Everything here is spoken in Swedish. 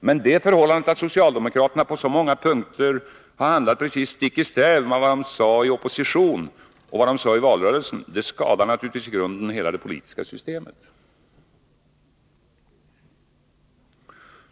Men det förhållandet att socialdemokraterna på så många punkter har handlat precis stick i stäv med vad de sade i opposition och vad de sade i valrörelsen skadar i grunden hela det politiska systemet.